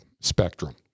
spectrum